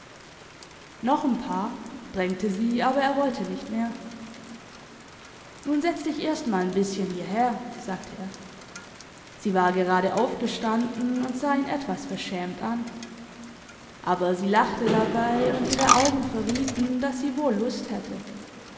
rollten noch'n paar drängte sie aber er wollte nicht mehr nun setz dich erst mal'n bisschen hierher sagte er sie war gerade aufgestanden und sah ihn etwas verschämt an aber sie lachte dabei und ihre augen verrieten dass sie wohl lust hätte